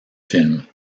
films